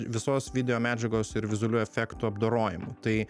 visos video medžiagos ir vizualių efektų apdorojimu tai